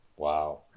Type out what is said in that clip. Wow